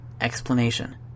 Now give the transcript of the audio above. explanation